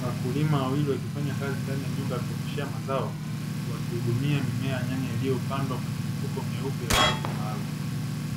Wakulima wawili wakifanya kazi ndani ya nyumba ya kuoteshea mazao wakihudumia mimea nyanya, iliyopandwa kwenye mifuko meupe ya udongo maalumu